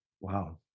Wow